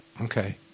Okay